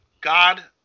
God